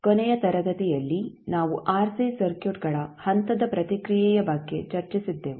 ಕೊನೆಯ ತರಗತಿಯಲ್ಲಿ ನಾವು ಆರ್ಸಿ ಸರ್ಕ್ಯೂಟ್ಗಳ ಹಂತದ ಪ್ರತಿಕ್ರಿಯೆಯ ಬಗ್ಗೆ ಚರ್ಚಿಸಿದ್ದೆವು